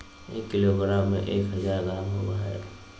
एक किलोग्राम में एक हजार ग्राम होबो हइ